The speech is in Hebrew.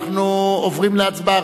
אנחנו עוברים להצבעה.